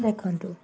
ଦେଖନ୍ତୁ